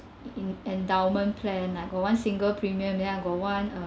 in~ endowment plan like got one single premium ya got one uh